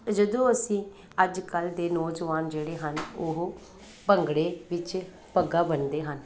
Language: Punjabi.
ਅਤੇ ਜਦੋਂ ਅਸੀਂ ਅੱਜ ਕੱਲ੍ਹ ਦੇ ਨੌਜਵਾਨ ਜਿਹੜੇ ਹਨ ਉਹ ਭੰਗੜੇ ਵਿੱਚ ਪੱਗਾਂ ਬੰਨ੍ਹਦੇ ਹਨ